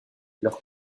leur